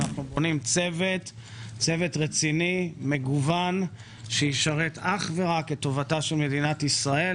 אנחנו בונים צוות רציני ומגוון שישרת אך ורק את טובתה של מדינת ישראל,